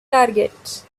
targets